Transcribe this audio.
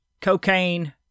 cocaine